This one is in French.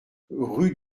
rue